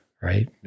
right